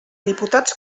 diputats